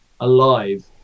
alive